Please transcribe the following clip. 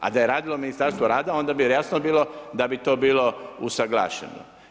A da je radilo Ministarstvo rada onda bi to jasno bilo da bi to bilo usaglašeno.